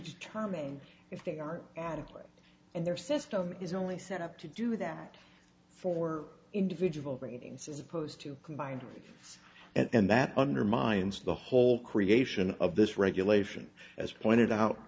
determine if they are honestly and their system is only set up to do that for individual ratings as opposed to combined and that undermines the whole creation of this regulation as pointed out